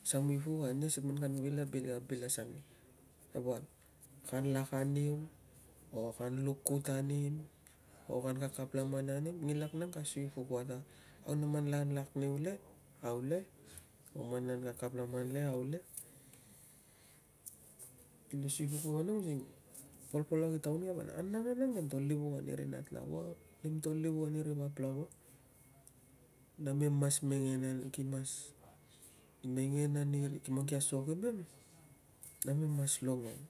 Ku samui puk ania si man kan vil a bil asange wal kan lak a niu, o kan luk kut anim o kan kakap laman anim, nginlak nang ka sui pok ua ta, au man nan lak niu le, au le? O man nan kakap laman le, au le? Ka sui pok ua nang using, polpolok i taun ke vanang. Anangan nang nemto livuuk ani ri nat lava, nemto livuk ani ri vap lava, namem mas mengen ani, ki mas mengen ani man ki asok imem, namem mas lonong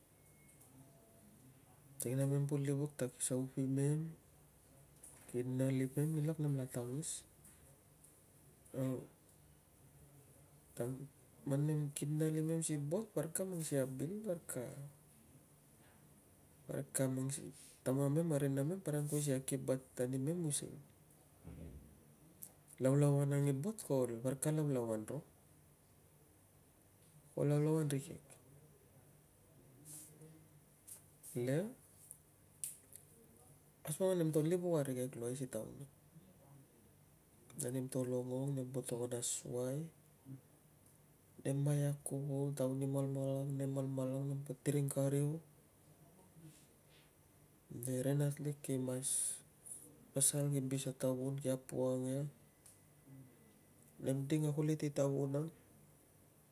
using nempo livuk ta ki saup imem, ki nal imem, nginlak nemla tangis. Au, man nem, ki nal imem si bot, parik ka mang sikei a bil, parik ka, parik ka tamamem a ri namem parik ka angkuai si ki bat animem using, laulauan ang i bot ko parik ka laulauan ro, ko laulauan rikek, nang, asuang a nemto livuk arikek luai si taun ang na nemto longong, nemto togon a suai. Nem maiak kuvul, taun i malmalang, nem malmalang, nempo tiring kariu, ri nat lik ki mas pasal, ki bis a tavun, ki apuang ia, nem ding a kulit i tavun.